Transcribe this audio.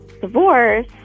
divorce